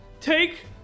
Take